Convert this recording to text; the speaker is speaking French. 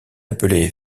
appelé